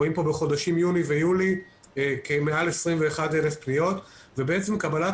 רואים כאן בחודשים יוני ויולי מעל 21,000 פניות ובעצם קבלת